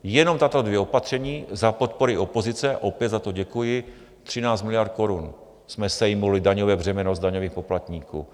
Jenom tato dvě opatření za podpory opozice, a opět za to děkuji, 13 miliard korun jsme sejmuli daňové břemeno z daňových poplatníků.